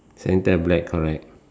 center black correct